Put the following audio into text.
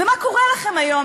ומה קורה לכם היום,